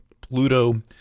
Pluto